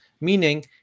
Meaning